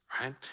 right